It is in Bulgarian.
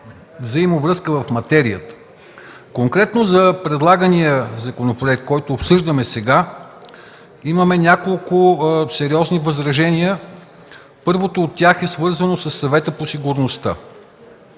взаимовръзка в материята. Конкретно за предлагания законопроект, който обсъждаме сега, имаме няколко сериозни възражения. Първото от тях е свързано със Съвета по сигурността.